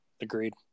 agreed